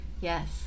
yes